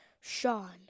Sean